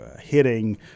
hitting